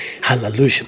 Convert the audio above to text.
Hallelujah